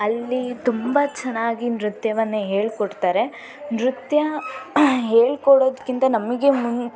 ಅಲ್ಲಿ ತುಂಬ ಚೆನ್ನಾಗಿ ನೃತ್ಯವನ್ನು ಹೇಳ್ಕೊಡ್ತಾರೆ ನೃತ್ಯ ಹೇಳ್ಕೊಡೋದ್ಕಿಂತ ನಮಗೆ ಮು